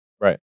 Right